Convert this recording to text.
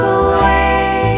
away